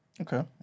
Okay